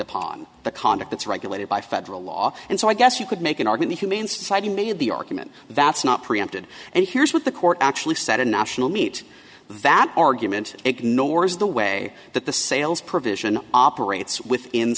upon the conduct that's regulated by federal law and so i guess you could make an argument humane society made the argument that's not preempted and here's what the court actually said in national meet that argument ignores the way that the sales provision operates within